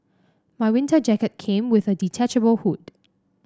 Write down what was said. my winter jacket came with a detachable hood